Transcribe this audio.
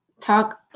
talk